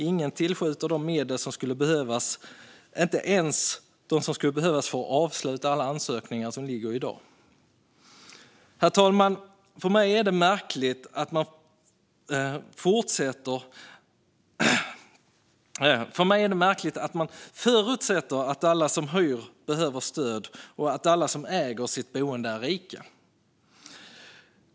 Ingen tillskjuter de medel som skulle behövas, inte ens för att avsluta alla de ansökningar som redan föreligger. Herr talman! För mig är det märkligt att man förutsätter att alla som hyr sitt boende behöver stöd och att alla som äger sitt boende är rika.